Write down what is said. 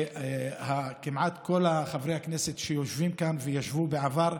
כמעט כל חברי הכנסת שיושבים כאן, וישבו בעבר,